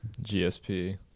GSP